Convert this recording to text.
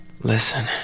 Listen